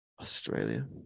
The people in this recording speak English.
Australia